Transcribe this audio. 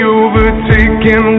overtaken